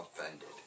offended